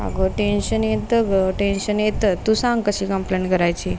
अगं टेन्शन येतं गं टेन्शन येतं तू सांग कशी कंप्लेंट करायची